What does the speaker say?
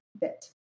bit